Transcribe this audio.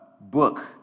book